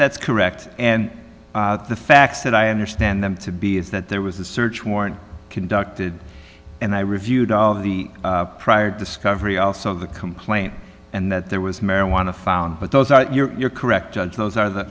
that's correct and the facts that i understand them to be is that there was a search warrant conducted and i reviewed all of the prior discovery also the complaint and that there was marijuana found but those are you're correct judge those are the